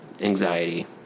anxiety